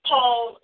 Paul